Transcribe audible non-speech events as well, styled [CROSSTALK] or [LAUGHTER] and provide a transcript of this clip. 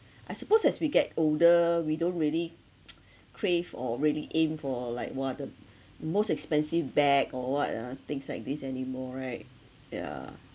I suppose as we get older we don't really [NOISE] crave or really aim for like !wah! the most expensive bag or what ah things like these anymore right yeah